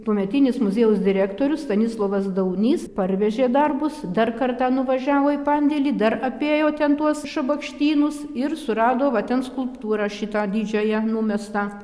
tuometinis muziejaus direktorius stanislovas daunys parvežė darbus dar kartą nuvažiavo į pandėlį dar apėjo ten tuos šabakštynus ir surado va ten skulptūrą šitą didžiąją numestą